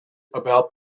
about